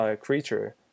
creature